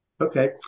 Okay